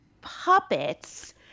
puppets